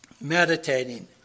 meditating